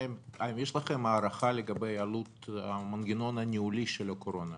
האם יש לכם הערכה לגבי עלות המנגנון הניהולי של הקורונה,